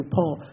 Paul